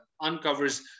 uncovers